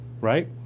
right